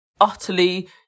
utterly